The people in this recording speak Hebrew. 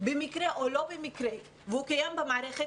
במקרה או לא במקרה והוא לא קיים במערכת,